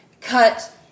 cut